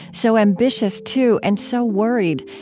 so ambitious too, and so worried,